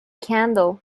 candle